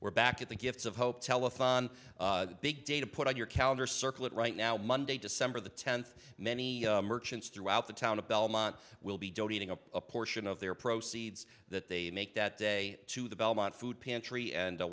we're back at the gifts of hope telethon big data put on your calendar circle it right now monday december the tenth many merchants throughout the town of belmont will be donating a portion of their proceeds that they make that day to the belmont food pantry and